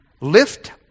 lift